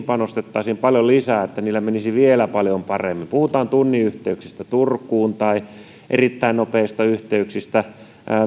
panostettaisiin paljon lisää että niillä menisi vielä paljon paremmin puhutaan tunnin yhteyksistä turkuun tai erittäin nopeista yhteyksistä